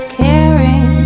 caring